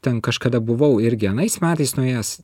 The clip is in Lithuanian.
ten kažkada buvau irgi anais metais nuėjęs